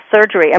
surgery